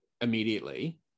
immediately